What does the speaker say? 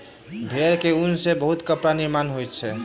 भेड़क ऊन सॅ बहुत कपड़ा निर्माण होइत अछि